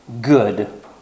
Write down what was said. good